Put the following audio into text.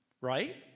Right